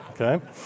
Okay